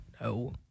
No